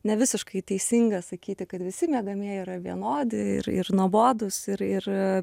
ne visiškai teisinga sakyti kad visi miegamieji yra vienodi ir ir nuobodūs ir ir